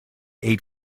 eight